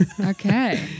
Okay